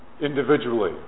individually